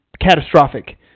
catastrophic